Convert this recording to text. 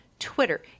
Twitter